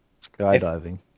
Skydiving